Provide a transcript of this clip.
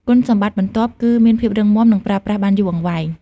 គុណសម្បត្តិបន្ទាប់គឺមានភាពរឹងមាំ និងប្រើប្រាស់បានយូរអង្វែង។